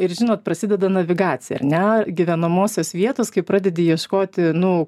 ir žinot prasideda navigacija ar ne gyvenamosios vietos kai pradedi ieškoti nu